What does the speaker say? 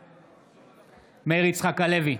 בעד מאיר יצחק הלוי,